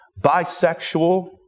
bisexual